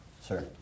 sir